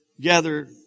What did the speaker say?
gather